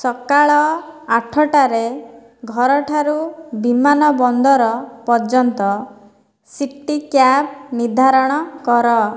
ସକାଳ ଆଠଟାରେ ଘରଠାରୁ ବିମାନବନ୍ଦର ପର୍ଯ୍ୟନ୍ତ ସିଟି କ୍ୟାବ୍ ନିର୍ଦ୍ଧାରଣ କର